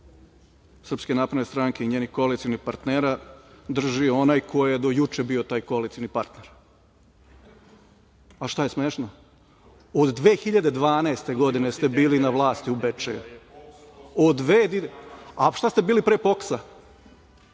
godina vlasti SNS i njenih koalicionih partnera drži onaj ko je do juče bio taj koalicioni partner. Šta je smešno? Od 2012. godine ste bili na vlasti u Bečeju. Od 2012…Šta ste bili pre POKS-a?